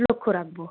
লক্ষ্য রাখব